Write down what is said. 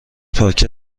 پاکت